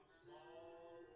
small